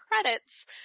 credits